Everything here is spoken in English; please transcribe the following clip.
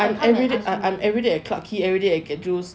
I am everyday at clarke quay everyday at Get Juiced